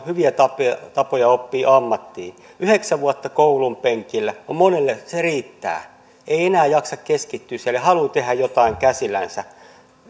hyviä tapoja tapoja oppia ammattiin yhdeksän vuotta koulunpenkillä riittää monelle ei enää jaksa keskittyä siellä ja haluaa tehdä jotain käsillänsä